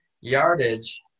yardage